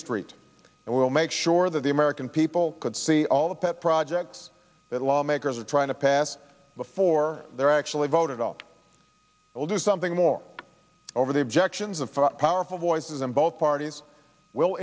street and we'll make sure that the american people can see all the pet projects that lawmakers are trying to pass before they're actually voted on we'll do something more over the objections of powerful voices in both parties will